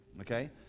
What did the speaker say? okay